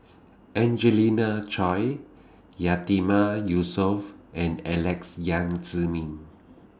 Angelina Choy Yatiman Yusof and Alex Yam Ziming